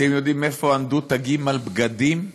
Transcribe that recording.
אתם יודעים איפה ענדו תגים על בגדים?